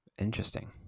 interesting